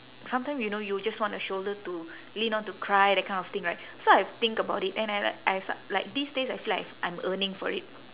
sometime you know you just want a shoulder to lean on to cry that kind of thing right so I've think about it and I like I s~ like these days I feel like I've I'm yearning for it